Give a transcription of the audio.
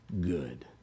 Good